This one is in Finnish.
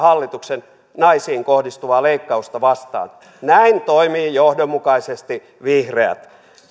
naisiin kohdistuvaa hallituksen leikkausta vastaan näin toimivat johdonmukaisesti vihreät